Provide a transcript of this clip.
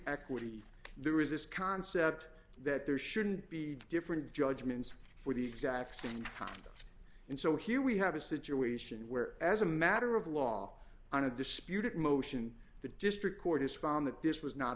equity there is this concept that there shouldn't be different judgments for the exact same time and so here we have a situation where as a matter of law on a disputed motion the district court has found that this was not